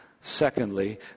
Secondly